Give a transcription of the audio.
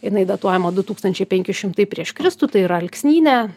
jinai datuojama du tūkstančiai penki šimtai prieš kristų tai yra alksnynė